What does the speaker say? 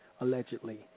allegedly